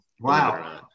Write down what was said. Wow